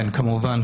כן, כמובן.